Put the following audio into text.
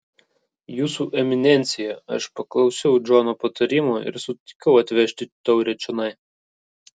jūsų eminencija aš paklausiau džono patarimo ir sutikau atvežti taurę čionai